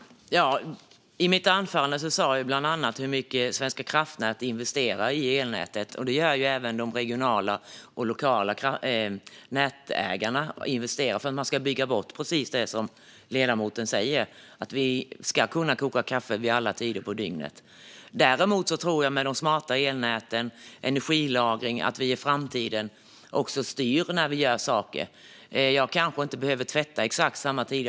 Fru talman! I mitt huvudanförande sa jag bland annat hur mycket Svenska kraftnät investerar i elnätet. Även de regionala och lokala nätägarna investerar för att bygga bort precis det som ledamoten talar om. Vi ska kunna koka kaffe vid alla tider på dygnet. Däremot tror jag att vi i framtiden med de smarta elnäten och energilagring kommer att kunna styra när vi ska göra saker. Man kanske inte behöver tvätta exakt vid samma tid.